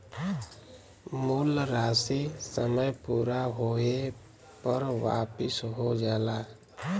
मूल राशी समय पूरा होये पर वापिस हो जाला